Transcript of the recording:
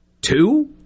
two